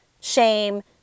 shame